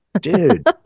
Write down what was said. Dude